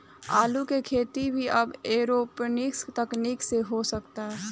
आलू के खेती भी अब एरोपोनिक्स तकनीकी से हो सकता